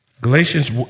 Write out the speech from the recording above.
Galatians